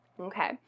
Okay